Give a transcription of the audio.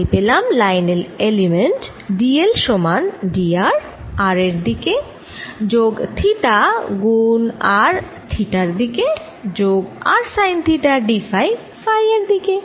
আমি পেলাম line element d l সমান d r r এর দিকে যোগ থিটা গুণ r থিটার দিকে যোগ r sine theta d phi phi এর দিকে